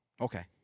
Okay